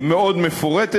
היא מאוד מפורטת,